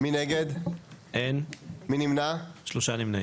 3 נגד